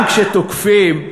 אני אומר, אבל גם כשתוקפים,